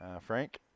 Frank